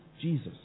Jesus